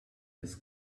his